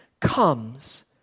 comes